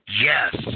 Yes